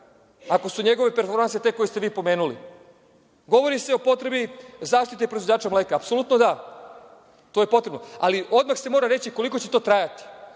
ako su njegove performanse te koje ste vi pomenuli. Govori se o potrebi zaštite proizvođača mleka. Apsolutno, da, to je potrebno ali odmah se mora reći koliko će to trajati.